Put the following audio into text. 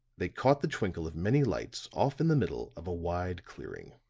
they caught the twinkle of many lights off in the middle of a wide clearing.